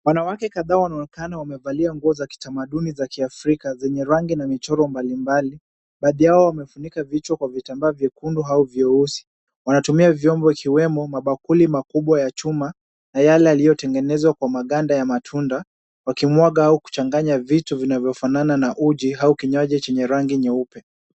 Wanawake kadhaa wanaonekana wamevalia nguo za kitamaduni za Kiafrika zenye rangi na michoro mbalimbali. Baadhi yao wamefunika kichwa vitambaa vyekundu au vyeusi. Wanatumia vyombo ikiwemo mabakuli makubwa ya chuma ya yale yaliyotengenezwa kwa maganda ya matunda wakimwaga au kuchanganya vitu vinavyofanana na uji au kinywaji chenye rangi nyeupe.